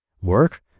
work